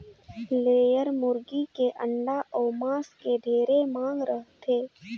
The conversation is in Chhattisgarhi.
लेयर मुरगी के अंडा अउ मांस के ढेरे मांग रहथे